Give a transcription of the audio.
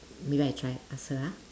maybe I try ask her ah